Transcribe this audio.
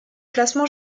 classement